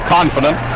Confident